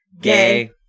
Gay